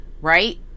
right